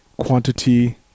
quantity